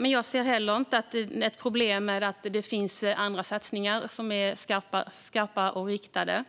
Men jag ser heller inte något problem med att det finns andra satsningar som är skarpa och riktade.